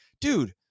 dude